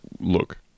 look